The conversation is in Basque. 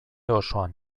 osoan